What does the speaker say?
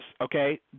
okay